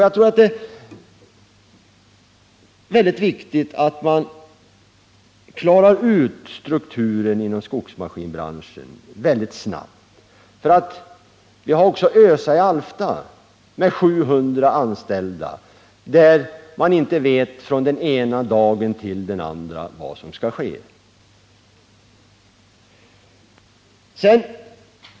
Jag tror att det är väldigt viktigt att man snabbt klarar ut strukturen inom skogsmaskinbranschen, för vi har också ÖSA i Alfta med 700 anställda, där man inte vet från den ena dagen till den andra vad som skall ske.